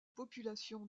population